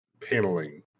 paneling